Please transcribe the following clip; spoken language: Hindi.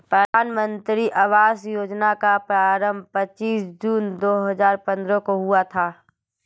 प्रधानमन्त्री आवास योजना का आरम्भ पच्चीस जून दो हजार पन्द्रह को हुआ था